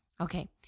Okay